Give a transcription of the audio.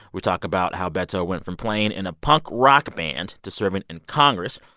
we talk about how beto went from playing in a punk rock band to serving in congress.